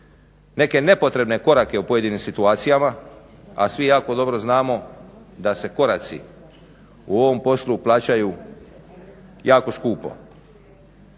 neke nepotrebne korake u pojedinim situacijama a svi jako dobro znamo da se koraci u ovom poslu plaćaju jako skupo.